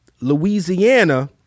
Louisiana